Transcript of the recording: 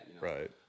Right